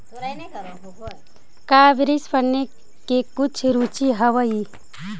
का वित्त पढ़ने में कुछ रुचि हवअ